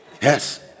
Yes